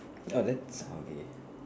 oh that's okay